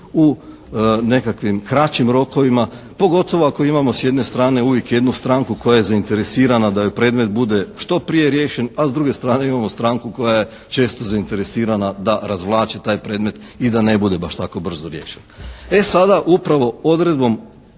u nekakvih kraćim rokovima, pogotovo ako imamo s jedne strane uvijek jednu stranku koja je zainteresirana da joj predmet bude što prije riješen, a s druge strane imamo stranku koja je često zainteresirana da razvlači taj predmet i da ne bude baš tako brzo riješen. E sada, upravo odredbom